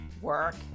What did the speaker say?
work